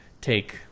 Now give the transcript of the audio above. take